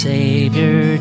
Savior